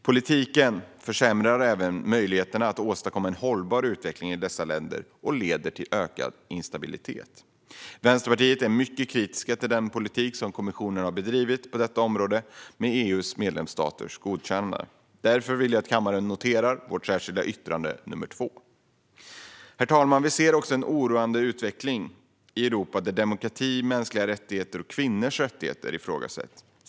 Politiken försämrar även möjligheterna att åstadkomma en hållbar utveckling i dessa länder och leder till ökad instabilitet. Vänsterpartiet är mycket kritiskt till den politik som kommissionen har bedrivit på detta område med EU:s medlemsstaters godkännande. Därför vill jag att kammaren noterar vårt särskilda yttrande nr 2. Herr talman! Vi ser en oroande utveckling i Europa där demokrati, mänskliga rättigheter och kvinnors rättigheter ifrågasätts.